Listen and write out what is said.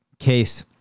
case